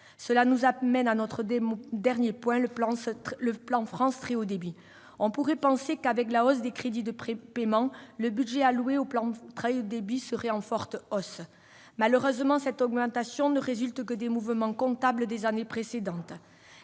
Cela nous amène à notre dernier point : le plan France Très haut débit. On pourrait penser que, avec la hausse des crédits de paiement, le budget alloué à ce plan serait en forte hausse. Malheureusement, cette augmentation ne résulte que des mouvements comptables des années précédentes.